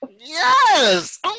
Yes